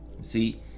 See